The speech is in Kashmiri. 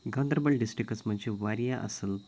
گانٛدربَل ڈسٹِرکَس منٛز چھِ واریاہ اَصٕل